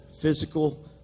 physical